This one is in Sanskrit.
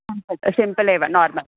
सिम्पल् सिम्पल् एव नार्मल्